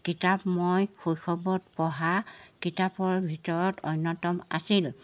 কিতাপ মই শৈশৱত পঢ়া কিতাপৰ ভিতৰত অন্যতম আছিল